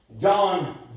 John